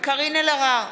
קארין אלהרר,